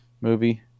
movie